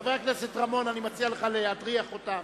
חבר הכנסת רמון, אני מציע לך להטריח אותם,